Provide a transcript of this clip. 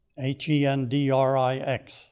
H-E-N-D-R-I-X